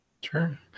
Sure